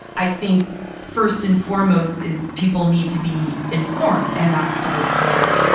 i think first and foremost is people need to be informed. and that starts with